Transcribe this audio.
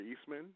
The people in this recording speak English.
Eastman